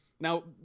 Now